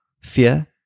fear